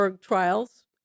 trials